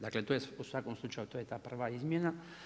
Dakle to je u svakom slučaju, to je ta prva izmjena.